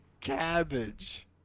cabbage